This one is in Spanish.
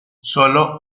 solo